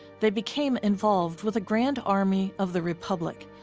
they became involved with the grand army of the republic,